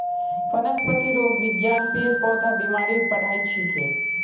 वनस्पतिरोग विज्ञान पेड़ पौधार बीमारीर पढ़ाई छिके